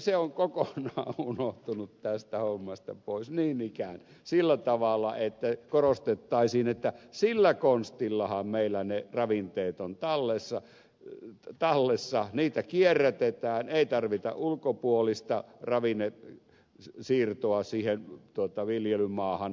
se on kokonaan unohtunut tästä hommasta pois niin ikään sillä tavalla että korostettaisiin että sillä konstillahan meillä ne ravinteet on tallessa niitä kierrätetään ei tarvita ulkopuolista ravinnesiirtoa siihen viljelymaahan